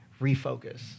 refocus